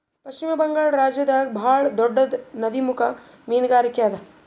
ಪಶ್ಚಿಮ ಬಂಗಾಳ್ ರಾಜ್ಯದಾಗ್ ಭಾಳ್ ದೊಡ್ಡದ್ ನದಿಮುಖ ಮೀನ್ಗಾರಿಕೆ ಅದಾ